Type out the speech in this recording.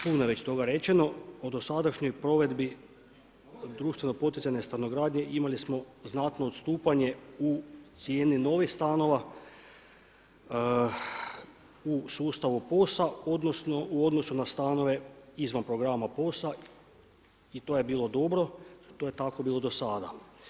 Puno je već toga rečeno o dosadašnjoj provedbi društveno poticajne stanogradnje imali smo znatno odstupanje u cijeni novih stanova u sustavu POS-a u odnosu na stanove izvan programa POS-a i to je bilo dobro, to je tako bilo do sada.